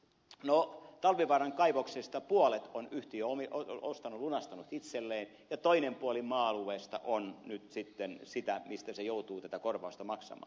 no talvivaaran kaivoksesta puolet on yhtiö ostanut lunastanut itselleen ja toinen puoli maa alueesta on nyt sitten sitä mistä se joutuu tätä korvausta maksamaan